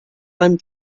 van